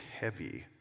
heavy